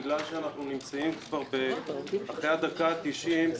בגלל שאנחנו נמצאים כבר אחרי הדקה התשעים,